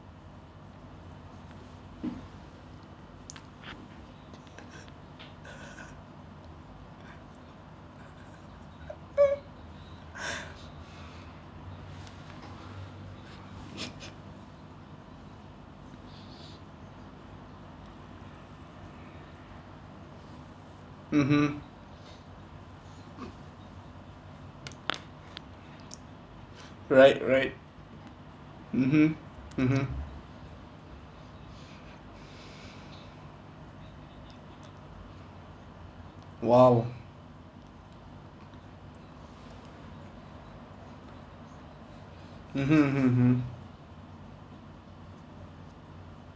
mmhmm right right mmhmm mmhmm !wow! mmhmm mmhmm mmhmm